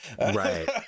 Right